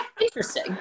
Interesting